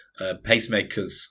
pacemakers